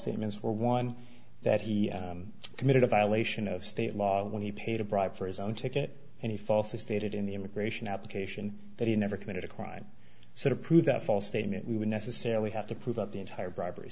statements or one that he committed a violation of state law when he paid a bribe for his own ticket and he falsely stated in the immigration application that he never committed a crime so to prove that false statement we would necessarily have to prove that the entire